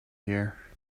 here